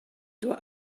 doit